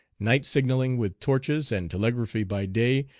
night signalling with torches, and telegraphy by day,